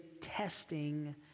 testing